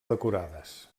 decorades